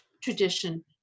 tradition